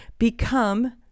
Become